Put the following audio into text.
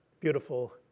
beautiful